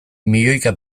milioika